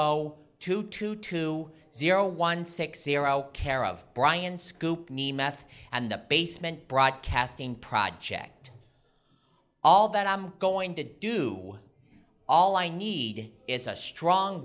zero two two two zero one six zero care of brian scoop me meth and the basement broadcasting project all that i'm going to do all i need is a strong